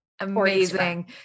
amazing